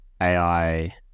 AI